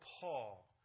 Paul